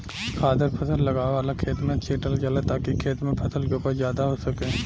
खादर फसल लगावे वाला खेत में छीटल जाला ताकि खेत में फसल के उपज ज्यादा हो सके